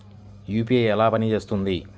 UPI ఎలా పనిచేస్తుంది?